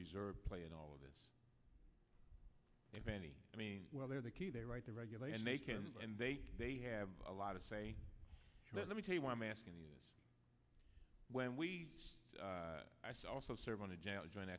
reserve play in all of this if any i mean well they're the key they right to regulate and they can and they they have a lot of say but let me tell you why i'm asking this when we also serve on a jail join